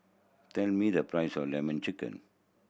tell me the price of Lemon Chicken